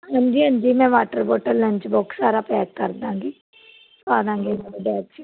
ਹਾਂਜੀ ਹਾਂਜੀ ਮੈਂ ਵਾਟਰ ਬੋਤਲ ਲੰਚ ਬੋਕਸ ਸਾਰਾ ਪੈਕ ਕਰ ਦਵਾਂਗੀ ਪਾ ਦਾਂਗੇ ਬੈਗ 'ਚ ਵੀ